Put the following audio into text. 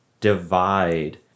divide